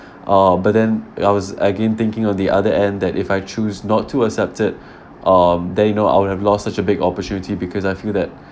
uh but then I was again thinking on the other end that if I choose not to accept it um then you know I would have lost such a big opportunity because I feel that